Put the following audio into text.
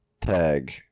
Tag